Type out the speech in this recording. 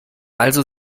also